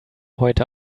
heute